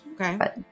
Okay